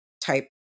type